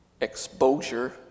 Exposure